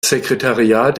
sekretariat